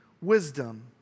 wisdom